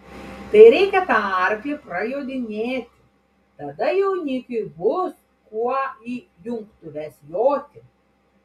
tai reikia tą arklį prajodinėti tada jaunikiui bus kuo į jungtuves joti